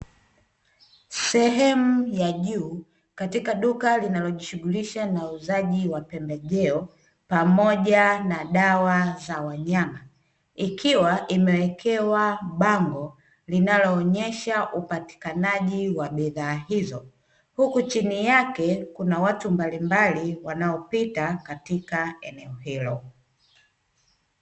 Sehemu ya juu katika duka linalojishughulisha na uuzaji wa pembejeo pamoja na dawa za wanyama, ikiwa imewekewa bango linaloonyesha upatikanaji wa bidhaa hizo, huku chini yake kuna watu mbalimbali wanaopita katika eneo hilo.